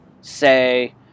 say